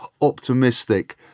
optimistic